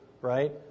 right